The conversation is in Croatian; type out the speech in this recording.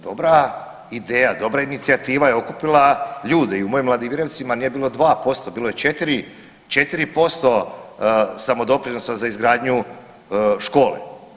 Dobra ideja, dobra inicijativa je okupila ljude i u mojim Ladimirevcima nije bilo 2% bilo je 4, 4% samodoprinosa za izgradnju škole.